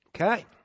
Okay